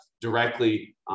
directly